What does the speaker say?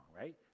right